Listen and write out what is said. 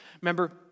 remember